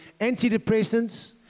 antidepressants